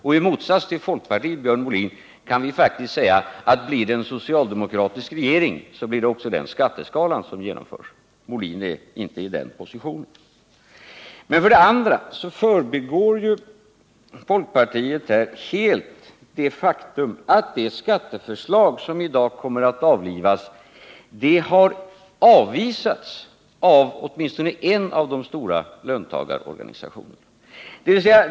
I motsats till folkpartiet, Björn Molin, kan vi faktiskt säga att blir det en socialdemokratisk regering, så blir det också den skatteskalan som genomförs. Björn Molin är inte i den positionen. För det andra förbigår folkpartiet här helt det faktum att det skatteförslag som i dag kommer att avlivas har avvisats av åtminstone en av de stora löntagarorganisationerna.